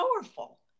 powerful